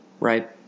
Right